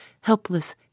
helpless